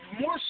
more